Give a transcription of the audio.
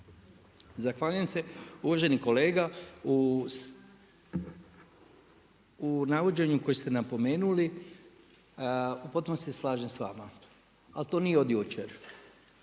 Zahvaljujem se. Uvaženi kolega, u navođenju kojeg ste napomenuli, u potpunosti se slažem s vama, ali to nije od jučer.